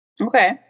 Okay